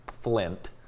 Flint